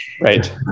right